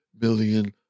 million